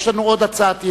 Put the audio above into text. יש לנו עוד הצעת אי-אמון,